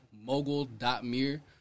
mogul.mir